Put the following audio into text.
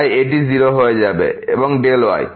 তাই এটি 0 হয়ে যাবে এবং Δy